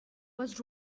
was